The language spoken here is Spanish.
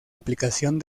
aplicación